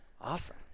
Awesome